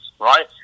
right